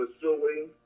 pursuing